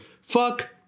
Fuck